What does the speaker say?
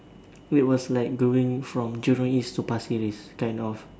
it was like going from Jurong-East to Pasir-Ris kind of